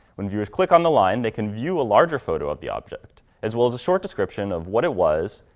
when viewers click on the line, they can view a larger photo of the object, as well as a short description of what it was,